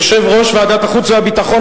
יושב-ראש ועדת החוץ והביטחון,